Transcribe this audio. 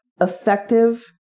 effective